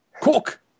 cook